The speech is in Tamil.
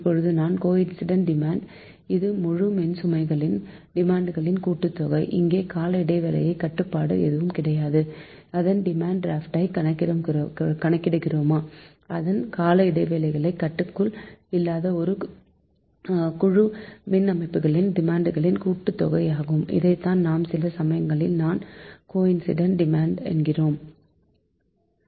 இப்போது நான் கோஇன்சிடென்ட் டிமாண்ட் இது குழு மின்சுமைகளின் டிமாண்ட்களின் கூட்டுத்தொகை இங்கே கால இடைவேளை கட்டுப்பாடு எதுவும் கிடையாது எதன் டிமாண்ட் ஐ கணக்கிடுகிறோமோ அதன் கால இடைவேளை கட்டுக்குள் இல்லாத குழு மின்சுமைகளின் டிமாண்ட்களின் கூட்டுத்தொகை ஆகும் இதைதான் நாம் சில சமயங்களில் நான் கோஇன்சிடென்ட் டிமாண்ட் என்கிறோம்